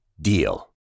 DEAL